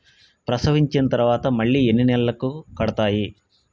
ప్రసవించిన తర్వాత మళ్ళీ ఎన్ని నెలలకు కడతాయి?